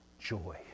joy